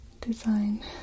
design